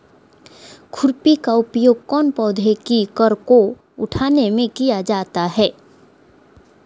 खुरपी का उपयोग कौन पौधे की कर को उठाने में किया जाता है?